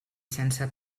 sense